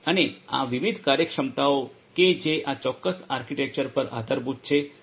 અને આ વિવિધ કાર્યક્ષમતાઓ કે જે આ ચોક્કસ આર્કિટેક્ચર પર આધારભૂત છે